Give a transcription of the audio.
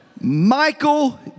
Michael